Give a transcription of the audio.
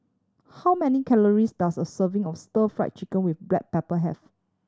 how many calories does a serving of Stir Fried Chicken with black pepper have